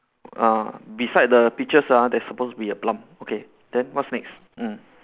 uh beside the peaches ah there's supposed to be a plum okay then what's next mm